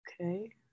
Okay